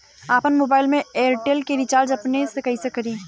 आपन मोबाइल में एयरटेल के रिचार्ज अपने से कइसे करि?